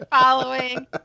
following